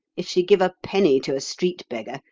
if she give a penny to a street beggar,